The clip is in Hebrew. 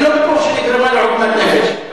אני לא בטוח שנגרמה לו עוגמת נפש.